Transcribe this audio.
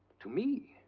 to me?